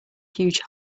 huge